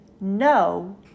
no